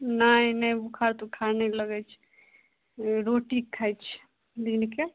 नहि नहि बोखार तोखार नहि लगय छै रोटी खाइ छियै दिनके